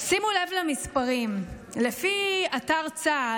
שימו לב למספרים, לפי אתר צה"ל